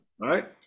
right